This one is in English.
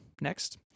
next